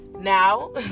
now